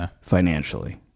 financially